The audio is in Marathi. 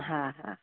हा हा